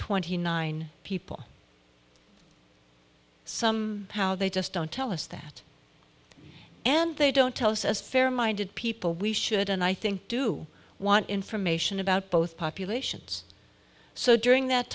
twenty nine people some how they just don't tell us that and they don't tell us as fair minded people we should and i think do want information about both populations so during that